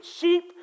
cheap